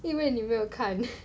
因为你没有看